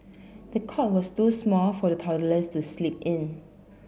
the cot was too small for the toddler to sleep in